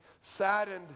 saddened